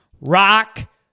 rock